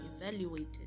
evaluated